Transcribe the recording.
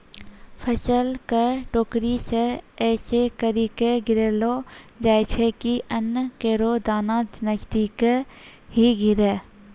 फसल क टोकरी सें ऐसें करि के गिरैलो जाय छै कि अन्न केरो दाना नजदीके ही गिरे